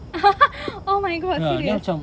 oh my god serious